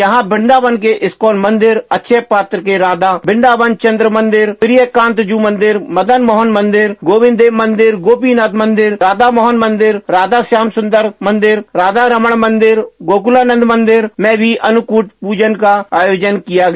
यहाँ वृंदावन के इस्कॉन अक्षयपात्र के राधा वृन्दावन चंद्र मंदिर प्रियकांत जू मंदिरमदन मोहन मंदिर गोविंद देव मंदिर गोपीनाथ मंदिर राधा दामोदर मंदिर राधा श्यामसुंदर मंदिर राधारमण मंदिर और गोकुलानंद मंदिर में भी अन्नकूट पूजन का आयोजन किया गया